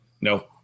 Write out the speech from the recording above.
No